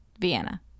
Vienna